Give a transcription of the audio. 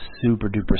super-duper